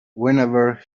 whenever